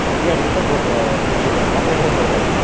அதிகாரிகிட்ட உங்களுக்கு உங்களையும் கம்ப்ளைண்டும் சொல்லுறேங்க